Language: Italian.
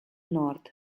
nord